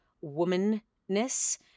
woman-ness